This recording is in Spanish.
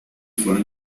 fueron